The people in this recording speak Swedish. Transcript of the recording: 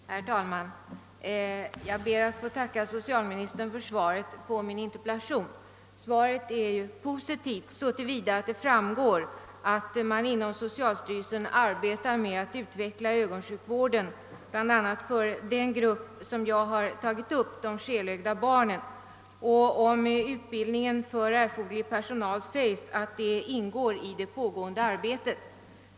Herr talman! Jag ber att få tacka socialministern för svaret på min interpellation. Svaret är positivt så till vida att det framgår att man inom socialstyrelsen arbetar med att utveckla ögonsjukvården, bl.a. för den grupp som jag har tagit upp, de skelögda barnen. Om utbildningen av erforderlig personal sägs att denna fråga ingår i det pågående arbetet.